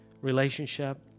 relationship